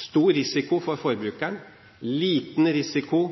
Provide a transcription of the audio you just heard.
stor risiko for forbrukeren, liten risiko